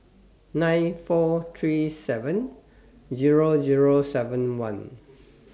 nine four three seven Zero Zero seven one